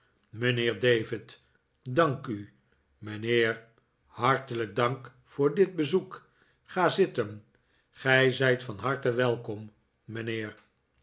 mijnheer hartelijk dank voor dit bezoek ga zitten gij zijt van harte welkom mijnheer